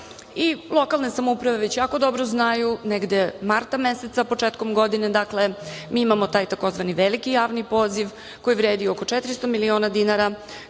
i lokalne samouprave već jako dobro znaju, negde marta meseca, početkom godine mi imamo taj tzv. veliki javni poziv koji vredi oko 400 milina dinara,